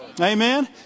Amen